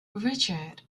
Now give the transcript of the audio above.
richard